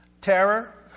Terror